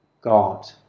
God